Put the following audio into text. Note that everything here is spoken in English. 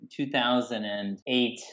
2008